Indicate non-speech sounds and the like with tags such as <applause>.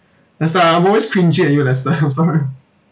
lester I'm always cringing at you lester <laughs> I'm sorry